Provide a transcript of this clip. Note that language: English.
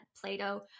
Plato